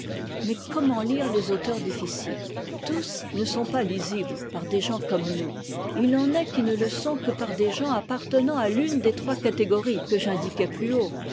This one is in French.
mais comment lire les auteurs difficiles tous ne sont pas lisibles par des gens comme nous et il en est qui ne le sont que par gens appartenant à l'une des trois catégories que j'indiquais plus haut